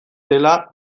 dela